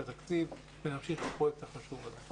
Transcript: התקציב כדי להמשיך את הפרויקט החשוב הזה.